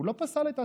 הוא לא פסל את עצמו,